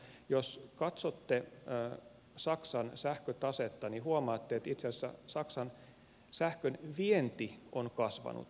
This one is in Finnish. jos katsotte saksan sähkötasetta niin huomaatte että itse asiassa saksan sähkön vienti on kasvanut